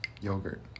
yogurt